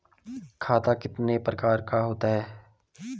खाता कितने प्रकार का होता है?